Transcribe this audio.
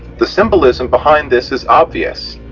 the symbolism behind this is obvious,